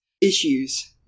issues